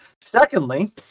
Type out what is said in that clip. Secondly